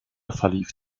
verlief